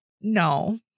no